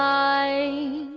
i